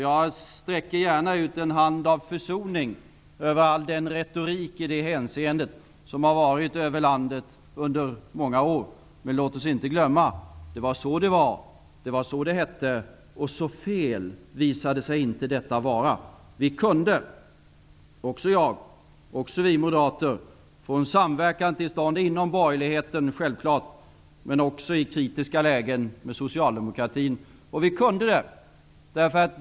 Jag sträcker gärna ut en hand till försoning över all den retorik i det hänseendet som förekommit över landet under många år. Men låt oss inte glömma att det var så det var. Det var så det hette, och hur fel visade sig detta inte vara. Också jag, också vi moderater, kunde få till stånd en samverkan, inom borgerligheten, självfallet, men också i kritiska lägen med socialdemokratin.